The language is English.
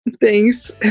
Thanks